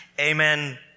Amen